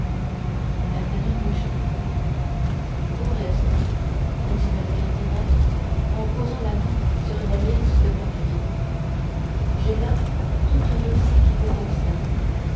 d'artagnan rougit au reste continua le cardinal en posant la main sur une liasse de papiers j'ai là tout un dossier qui vous concerne